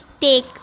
take